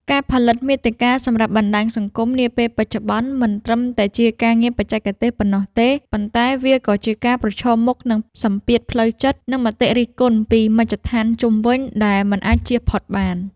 ការផលិតមាតិកាសម្រាប់បណ្ដាញសង្គមនាពេលបច្ចុប្បន្ន មិនត្រឹមតែជាការងារបច្ចេកទេសប៉ុណ្ណោះទេ ប៉ុន្តែវាក៏ជាការប្រឈមមុខនឹងសម្ពាធផ្លូវចិត្ត និងមតិរិះគន់ពីមជ្ឈដ្ឋានជុំវិញដែលមិនអាចជៀសផុតបាន។